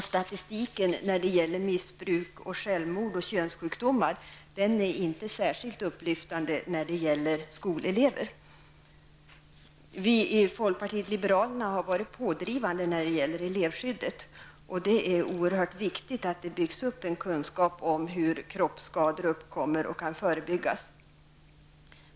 Statistiken när det gäller missbruk, självmord och könssjukdomar är inte särskilt upplyftande när det gäller skolelever. Vi i folkpartiet liberalerna har varit pådrivande när det gäller elevskyddet. Det är oerhört viktigt att det byggs upp en kunskap om hur kroppsskador uppkommer och kan förebyggas.